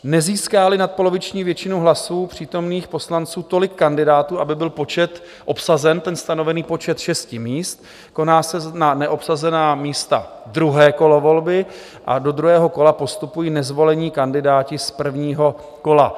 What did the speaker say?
Nezískáli nadpoloviční většinu hlasů přítomných poslanců tolik kandidátů, aby byl počet obsazen, stanovený počet šesti míst, koná se na neobsazená místa druhé kolo volby a do druhého kola postupují nezvolení kandidáti z prvního kola.